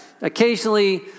occasionally